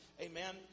amen